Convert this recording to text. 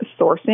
sourcing